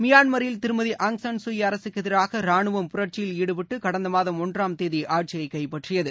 மியான்மரில் திருமதி Aung San Suu Kyi அரகக்குஎதிராகரானுவம் புரட்சியில் ஈடுபட்டுகடந்தமாதம் ஒன்றாம் தேதிஆட்சியைகைப்பற்றியது